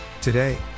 Today